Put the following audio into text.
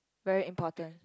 very important